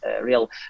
real